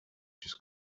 just